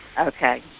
Okay